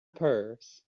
purse